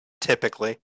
typically